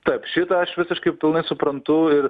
taip šitą aš visiškai pilnai suprantu ir